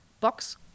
box